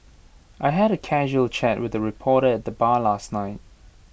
I had A casual chat with A reporter at the bar last night